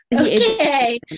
Okay